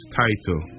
title